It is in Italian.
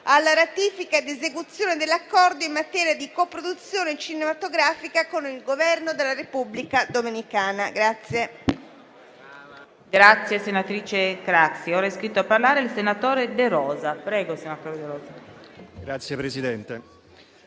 alla ratifica ed esecuzione dell'Accordo in materia di coproduzione cinematografica con il Governo della Repubblica dominicana. [DE